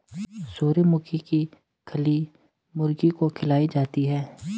सूर्यमुखी की खली मुर्गी को खिलाई जाती है